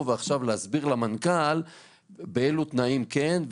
ועכשיו להסביר למנכ"ל באילו תנאים כן,